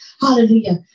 Hallelujah